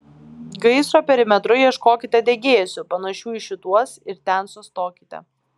gaisro perimetru ieškokite degėsių panašių į šituos ir ten sustokite